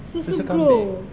susu kambing